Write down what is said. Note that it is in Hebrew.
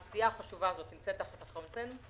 העשייה החשובה הזאת נמצאת תחת אחריותנו,